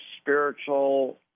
spiritual